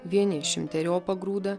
vieni šimteriopą grūdą